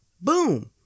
Boom